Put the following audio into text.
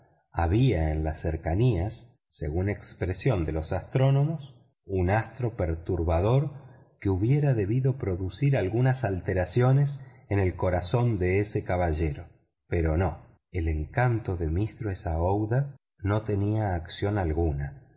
había en las cercanías segun expresión de los astrónomos un astro perturbador que hubiera debido producir algunas alteraciones en el corazón de ese caballero pero no el encanto de aouida no tenía acción alguna